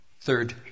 third